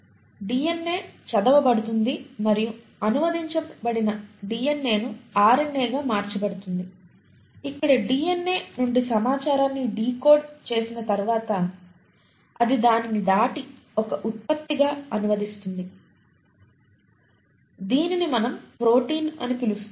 DNA చదవబడుతుంది మరియు అనువదించబడిన డిఎన్ఏ ను ఆర్ఎన్ ఏ గా మార్చబడుతుంది ఇక్కడ డిఎన్ఏ నుండి సమాచారాన్ని డీకోడ్ చేసిన తరువాత అది దానిని దాటి ఒక ఉత్పత్తిగా అనువదిస్తుంది దీనిని మనం ప్రోటీన్ అని పిలుస్తాము